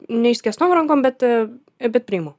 ne išskėstom rankom bet bet priimu